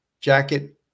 jacket